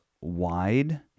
wide